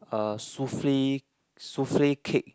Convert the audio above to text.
uh souffle souffle cake